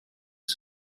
les